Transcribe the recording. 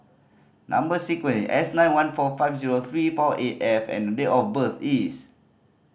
number sequence S nine one four five zero three four eight F and date of birth is